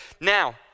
Now